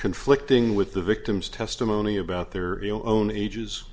conflicting with the victim's testimony about their own age